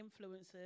influencers